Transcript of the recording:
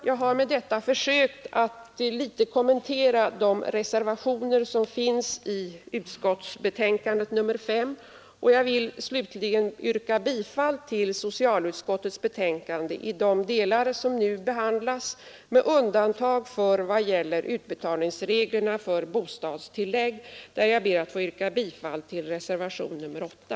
Jag har med detta försökt att något kommentera de reservationer som finns vid socialutskottets betänkande nr 5. Jag yrkar bifall till socialutskottets hemställan i de delar som nu behandlas med undantag för vad gäller utbetalningsreglerna för bostadstillägg, där jag ber att få yrka bifall till reservationen 8.